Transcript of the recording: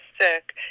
sick